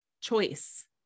choice